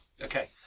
okay